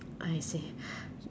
I see